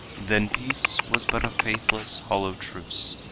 then peace was but a faithless, hollow truce,